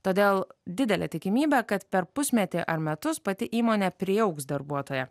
todėl didelė tikimybė kad per pusmetį ar metus pati įmonė priaugs darbuotoją